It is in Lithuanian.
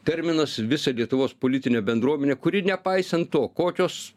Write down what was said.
terminas visą lietuvos politinę bendruomenę kuri nepaisant to kokios